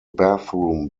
bathroom